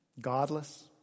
godless